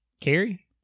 Carrie